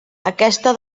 aquesta